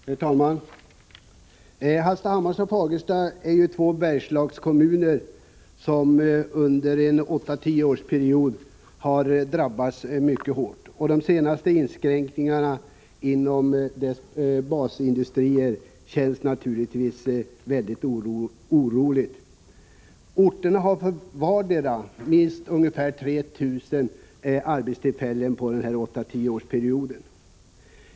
Herr talman! Hallstahammar och Fagersta är två Bergslagskommuner som under en 8-10-årsperiod har drabbats mycket hårt. De senaste inskränkningarna inom kommunernas basindustrier känns naturligtvis mycket oroande. Orterna har mist ungefär 3 000 arbetstillfällen vardera under den nämnda perioden.